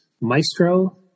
Maestro